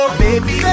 baby